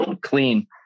Clean